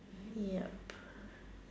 yup